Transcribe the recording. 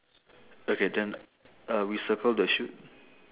okay then uh we circle the shoot